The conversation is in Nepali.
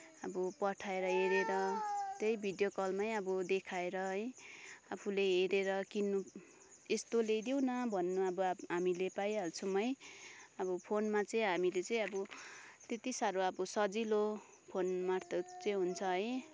अब पठाएर हेरेर त्यही भिडियो कलमै अब देखाएर है आफूले हेरेर किन्नु यस्तो ल्याइदेउन भन्न अब हामीले पाइहाल्छौँ है अब फोनमा चाहिँ हामीले चाहिँ अब त्यति साह्रो अब सजिलो फोनमार्फत चाहिँ हुन्छ है